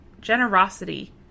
generosity